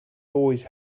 always